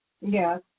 Yes